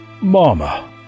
Mama